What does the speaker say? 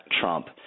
Trump